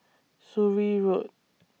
Surrey Road